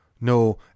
no